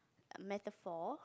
metaphor